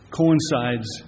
coincides